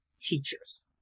teachers